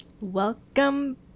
welcome